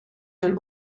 zijn